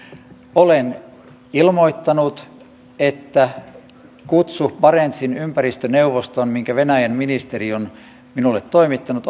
olen ilmoittanut että otan myönteisesti vastaan kutsun barentsin ympäristöneuvostoon minkä venäjän ministeri on minulle toimittanut